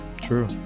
True